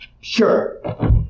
Sure